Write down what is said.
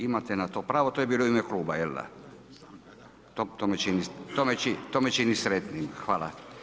Imate na to pravo, to je bilo u ime kluba, jel' da? … [[Upadica sa strane, ne razumije se.]] To me čini sretnim, hvala.